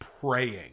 praying